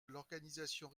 l’organisation